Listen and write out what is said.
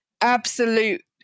absolute